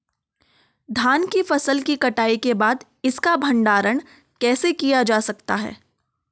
धान की फसल की कटाई के बाद इसका भंडारण कैसे किया जा सकता है?